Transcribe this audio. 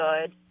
good